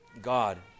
God